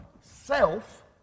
Self